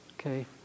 Okay